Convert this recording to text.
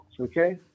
okay